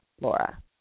Laura